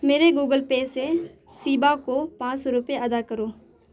میرے Google Pay سے شیبہ کو پانچ سو روپے ادا کرو